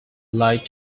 light